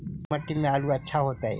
कोन मट्टी में आलु अच्छा होतै?